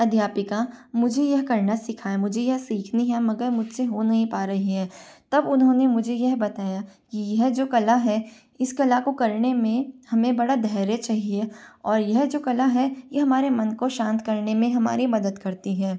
अध्यापिका मुझे ये करना सिखाए मुझे यह सिखनी है मगर मुझसे हो नहीं पा रही है तब उन्होंने मुझे ये बताया कि यह जो कला है इस कला को करने में हमें बड़ा धैर्य चाहिए और यह जो कला है ये हमारे मन को शांत करने में हमारी मदद करती है